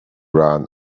ran